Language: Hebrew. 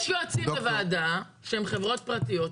יש יועצים בוועדה שהם חברות פרטיות,